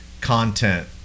content